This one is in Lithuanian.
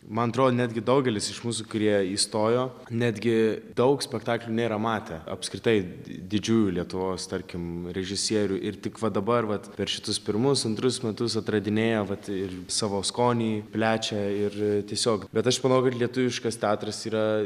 man atrodo netgi daugelis iš mūsų kurie įstojo netgi daug spektaklių nėra matę apskritai didžiųjų lietuvos tarkim režisierių ir tik va dabar vat per šitus pirmus antrus metus atradinėja vat ir savo skonį plečia ir tiesiog bet aš manau kad lietuviškas teatras yra